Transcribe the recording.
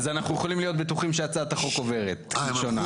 אז אנחנו יכולים להיות בטוחים שהצעת החוק עוברת כלשונה.